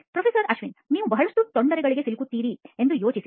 professor Ashwin ನೀವು ಬಹಳಷ್ಟು ತೊಂದರೆಗಳಿಗೆ ಸಿಲುಕುತ್ತೀರಿ ಎಂದು ಯೋಚಿಸಿ